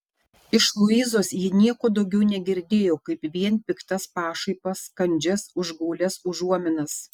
iš luizos ji nieko daugiau negirdėjo kaip vien piktas pašaipas kandžias užgaulias užuominas